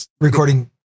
recording